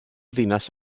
ddinas